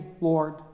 Lord